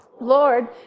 Lord